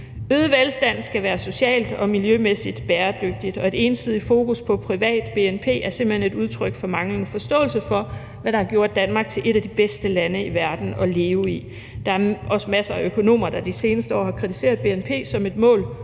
Øget velstand skal være socialt og miljømæssigt bæredygtigt, og et ensidigt fokus på privat bnp er simpelt hen et udtryk for manglende forståelse for, hvad der har gjort Danmark til et af de bedste lande i verden at leve i. Der er også masser af økonomer, der de seneste år har kritiseret bnp som et mål